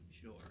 Sure